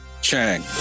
Chang